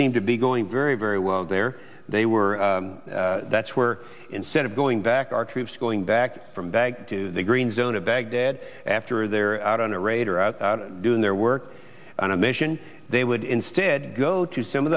seem to be going very very well there they were that's where instead of going back to our troops going back from baghdad to the green zone of baghdad after they're out on a raid or out doing their work on a mission they would instead go to some of